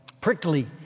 prickly